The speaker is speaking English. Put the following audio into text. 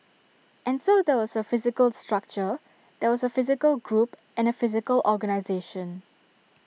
and so there was A physical structure there was A physical group and A physical organisation